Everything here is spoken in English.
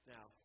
Now